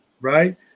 right